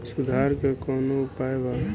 सुधार के कौनोउपाय वा?